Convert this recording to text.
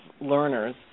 learners